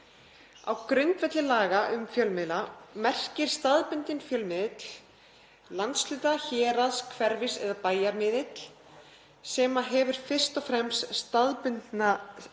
Á grundvelli laga um fjölmiðla merkir staðbundinn fjölmiðill landshluta-, héraðs-, hverfis- eða bæjarmiðil sem hefur fyrst og fremst staðbundna